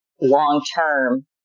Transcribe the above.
long-term